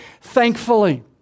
thankfully